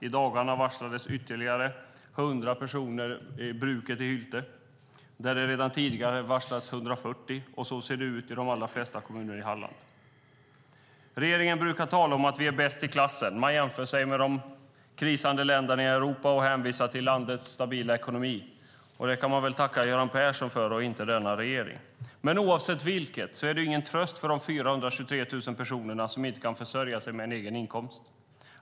I dagarna varslades ytterligare 100 personer i bruket i Hylte, där det redan tidigare varslats 140. Och så ser det ut i de allra flesta kommuner i Halland. Regeringen brukar tala om att vi är bäst i klassen. Man jämför sig med de krisande länderna i Europa och hänvisar till landets stabila ekonomi, och det kan man väl tacka Göran Persson för och inte denna regering. Men oavsett vilket är det ingen tröst för de 423 000 personer som inte kan försörja sig med en egen inkomst.